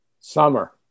summer